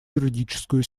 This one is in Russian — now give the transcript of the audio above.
юридическую